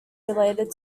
related